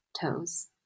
toes